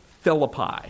Philippi